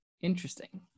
interesting